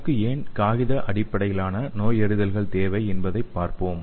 நமக்கு ஏன் காகித அடிப்படையிலான நோயறிதல்கள் தேவை என்பதைப் பார்ப்போம்